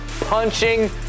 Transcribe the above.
punching